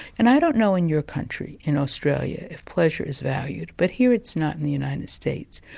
and i don't know in your country, in australia, if pleasure is valued, but here it's not in the united states.